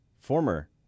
former